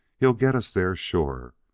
he'll get us there, sure.